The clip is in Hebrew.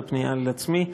זו פנייה אל עצמי,